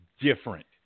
different